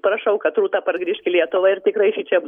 prašau kad rūta pargrįžk į lietuvą ir tikrai šičia